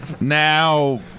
Now